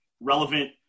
relevant